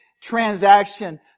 transaction